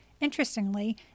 Interestingly